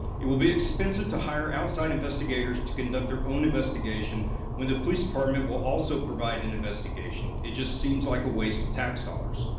it will be expensive to hire outside investigators to conduct their own investigation when the police department will also provide an investigation. it just seems like a waste of tax dollars.